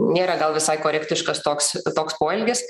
nėra gal visai korektiškas toks toks poelgis